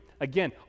Again